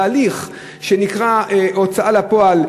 בהליך שנקרא הוצאה לפועל,